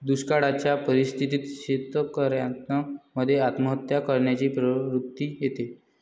दुष्काळयाच्या परिस्थितीत शेतकऱ्यान मध्ये आत्महत्या करण्याची प्रवृत्ति येते